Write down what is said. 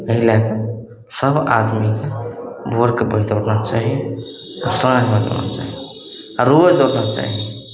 अइ लए कऽ सभ आदमीके भोरके चाही आओर साँझमे करबाक चाही आओर रोज दौड़ना चाही